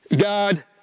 God